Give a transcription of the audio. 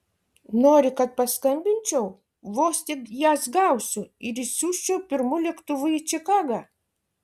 nori kad paskambinčiau vos tik jas gausiu ir išsiųsčiau pirmu lėktuvu į čikagą